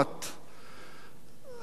אני רוצה לומר לך